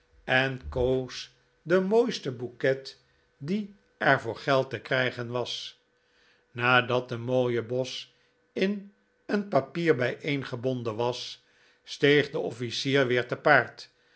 en koos den mooisten bouquet die er voor geld te krijgen is nadat de mooie bos in een papier bijeengebonden was steeg de offlcier weer te paard